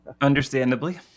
understandably